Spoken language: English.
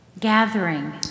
gathering